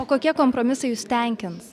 o kokie kompromisai jus tenkins